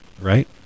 right